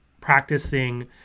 practicing